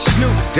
Snoop